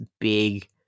big